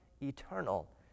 eternal